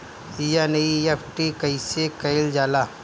NEFT कइसे कइल जाला?